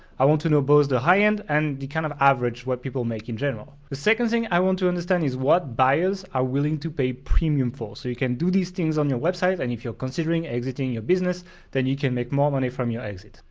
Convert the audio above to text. i to know both the high end and the kind of average, what people make in general. the second thing i want to understand is what buyers are willing to pay premium for. so you can do these things on your website and if you're considering exiting your business then you can make more money from your exit.